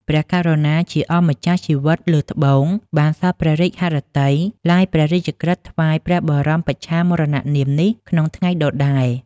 ព្រះករុណាជាអម្ចាស់ជីវិតលើត្បូងបានសព្វព្រះរាជហឫទ័យឡាយព្រះរាជក្រឹត្យថ្វាយព្រះបរមបច្ឆាមរណនាមនេះក្នុងថ្ងៃដដែល។